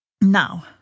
Now